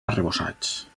arrebossats